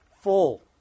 full